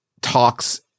talks